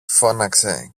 φώναξε